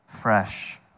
fresh